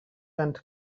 and